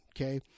Okay